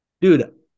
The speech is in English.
dude